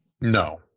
No